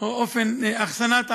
או אופן אחסנת האמוניה.